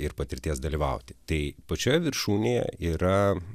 ir patirties dalyvauti tai pačioje viršūnėje yra